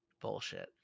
Bullshit